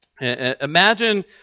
Imagine